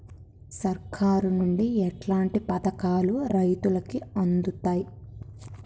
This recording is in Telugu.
సర్కారు నుండి ఎట్లాంటి పథకాలు రైతులకి అందుతయ్?